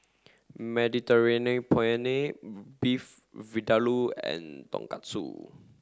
Mediterranean Penne Beef Vindaloo and Tonkatsu